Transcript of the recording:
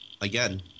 again